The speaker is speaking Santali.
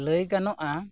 ᱞᱟᱹᱭ ᱜᱟᱱᱚᱜᱼᱟ